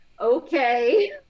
okay